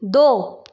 दो